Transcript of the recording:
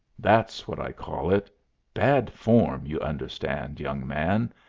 that's what i call it bad form, you understand, young man,